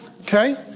Okay